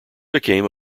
became